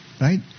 right